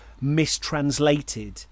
mistranslated